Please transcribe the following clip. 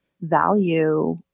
value